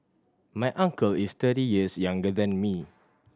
my uncle is thirty years younger than me